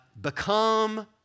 become